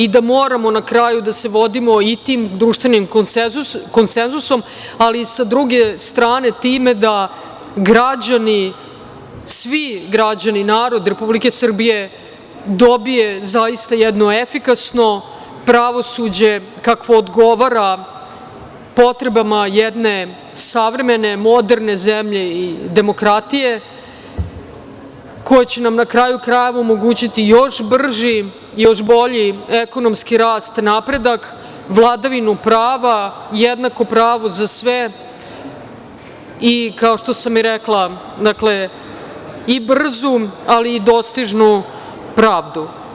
I da moramo na kraju da se vodimo i tim društvenim konsenzusom, ali i sa druge strane time da građani, svi građani, narod Republike Srbije dobije zaista jedno efikasno pravosuđe kakvo odgovara potrebama jedne savremene moderne zemlje i demokratije koju će nam na kraju krajeva omogućiti još brži, još bolji ekonomski rast, napredak, vladavinu prava, jednako pravo za sve i kao što sam i rekla, dakle, i brzu, ali i dostižnu pravdu.